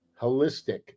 holistic